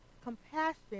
compassion